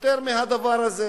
יותר מהדבר הזה.